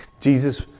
Jesus